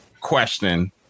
question